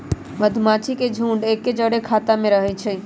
मधूमाछि के झुंड एके जौरे ख़ोता में रहै छइ